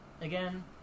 Again